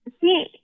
see